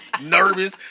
nervous